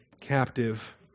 captive